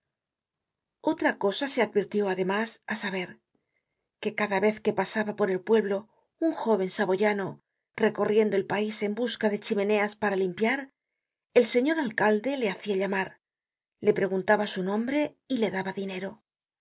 otra cosa se advirtió además á saber que cada vez que pasaba por el pueblo un jóven saboyano recorriendo el pais en busca de chimeneas que limpiar el señor alcalde le hacia llamar le preguntaba su nombre y le daba dinero